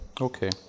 okay